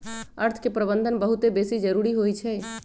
अर्थ के प्रबंधन बहुते बेशी जरूरी होइ छइ